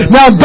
Now